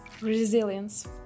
Resilience